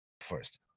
first